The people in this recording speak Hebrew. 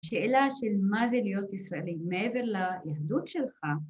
שאלה של מה זה להיות ישראלי מעבר ליהדות שלך.